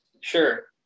Sure